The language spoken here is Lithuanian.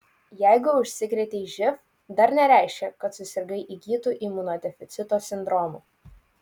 jeigu užsikrėtei živ dar nereiškia kad susirgai įgytu imunodeficito sindromu